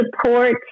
support